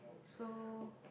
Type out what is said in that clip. so